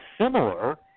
similar